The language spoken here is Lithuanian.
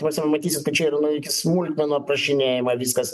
ta prasme pamatysit kad čia ir na iki smulkmenų aprašinėjama viskas